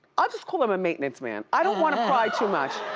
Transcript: i'll just call him a maintenance man. i don't wanna pry too much.